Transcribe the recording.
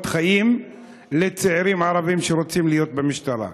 חיים של צעירים ערבים שרוצים להיות במשטרה.